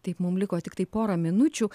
taip mum liko tiktai pora minučių